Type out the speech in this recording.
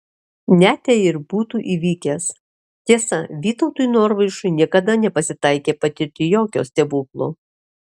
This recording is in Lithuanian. net jei ir būtų įvykęs tiesa vytautui norvaišui niekada nepasitaikė patirti jokio stebuklo